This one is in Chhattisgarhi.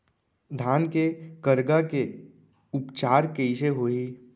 धान के करगा के उपचार कइसे होही?